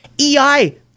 EI